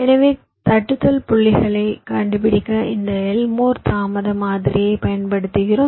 எனவே தட்டுதல் புள்ளிகளைக் கண்டுபிடிக்க இந்த எல்மோர் தாமத மாதிரியைப் பயன்படுத்துகிறோம்